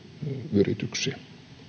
yrityksiä